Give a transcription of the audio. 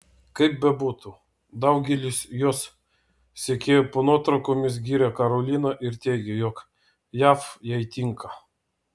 kaip bebūtų daugelis jos sekėjų po nuotraukomis giria karoliną ir teigia jog jav jai tinka